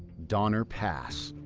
donner pass.